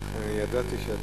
ידעתי שאת,